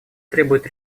требует